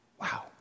Wow